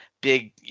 big